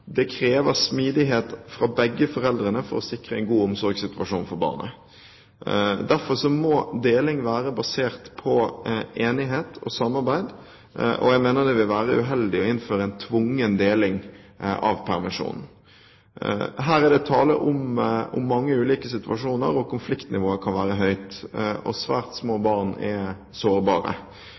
krever smidighet fra begge foreldrene for å sikre en god omsorgssituasjon for barnet. Derfor må deling være basert på enighet og samarbeid, og jeg mener det vil være uheldig å innføre en tvungen deling av permisjonen. Her er det tale om mange ulike situasjoner, og konfliktnivået kan være høyt. Svært små barn er sårbare.